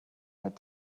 let